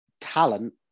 talent